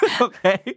Okay